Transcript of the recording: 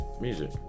music